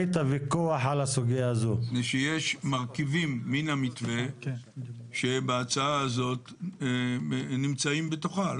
מפני יש מרכיבים מן המתווה שבהצעה הזאת נמצאים בתוכה,